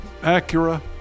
Acura